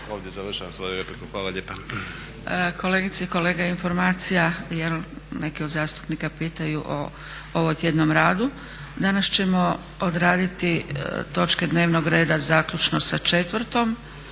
ovdje završavam svoju repliku. Hvala lijepa. **Zgrebec, Dragica (SDP)** Kolegice i kolege informacije jer neki od zastupnika pitaju o ovotjednom radu. Danas ćemo odraditi točke dnevnog reda zaključno sa četvrtom,